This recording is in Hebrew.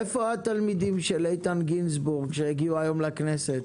איפה התלמידים של איתן גינזבורג שהגיעו היום לכנסת?